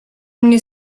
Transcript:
mnie